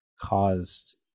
caused